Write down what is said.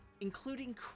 including